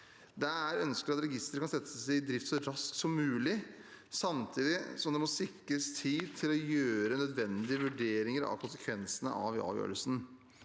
Det er ønskelig at registeret kan settes i drift så raskt som mulig, samtidig som det må sikres tid til å gjøre nødvendige vurderinger av konsekvensene av avgjørelsen.